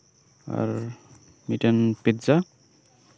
ᱟᱨ ᱢᱤᱫᱴᱮᱱ ᱯᱤᱡᱡᱟ